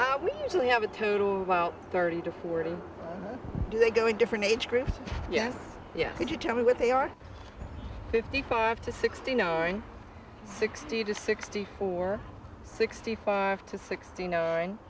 to have a to do about thirty to forty do they go in different age groups yes yes could you tell me where they are fifty five to sixty nine sixty to sixty four sixty five to sixty nine